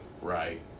Right